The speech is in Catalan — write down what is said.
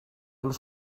los